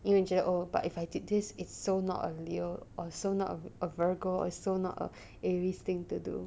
因为你觉得 oh but if I did this it's so not a leo or so not a virgo or so not a aries thing to do